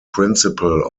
principal